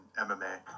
MMA